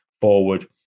forward